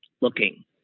looking